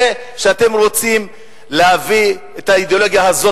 שאתם רוצים להביא את האידיאולוגיה הזאת,